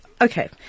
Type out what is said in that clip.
Okay